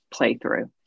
playthrough